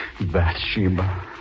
Bathsheba